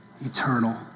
Eternal